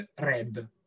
red